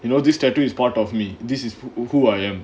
you know this tattoo is part of me this is who I am